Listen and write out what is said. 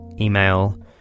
email